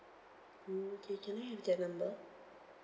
mm okay can I have their number